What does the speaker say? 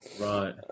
Right